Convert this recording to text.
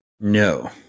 No